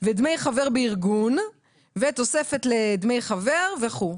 ודמי חבר בארגון ותוספת לדמי חבר וכו'.